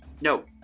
No